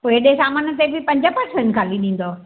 पोइ हेॾे सामान ते बि पंज परसेंट खाली ॾींदव